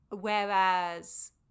Whereas